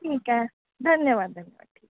ठीक आहे धन्यवाद धन्यवाद ठीक